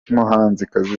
umuhanzikazi